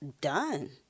done